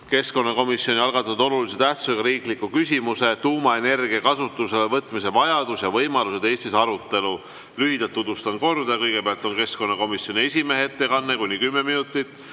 keskkonnakomisjoni algatatud olulise tähtsusega riikliku küsimuse "Tuumaenergia kasutuselevõtmise vajadus ja võimalused Eestis" arutelu. Lühidalt tutvustan korda. Kõigepealt on keskkonnakomisjoni esimehe ettekanne kuni 10 minutit,